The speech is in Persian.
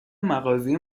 مغازه